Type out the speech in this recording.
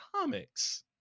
comics